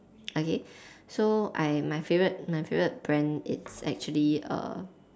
okay so I my favorite my favorite brand it's actually err